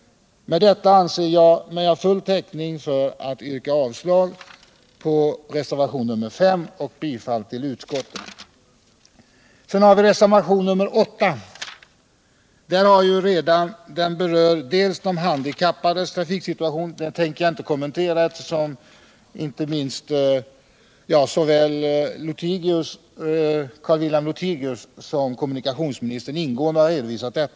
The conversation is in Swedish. Med detta anser jag mig ha full täckning för att yrka avslag på reservationen 5 och bifall till utskottets hemställan. Reservationen 8 berör bl.a. de handikappades situation. Den tänker jag inte kommentera eftersom såväl Carl-Wilhelm Lothigius som kommunikationsministern ingående har behandlat den.